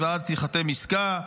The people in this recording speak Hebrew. ואז תיחתם עסקה,